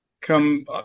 come